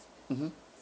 mmhmm